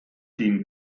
dem